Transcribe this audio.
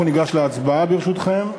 אנחנו ניגש להצבעה, ברשותכם.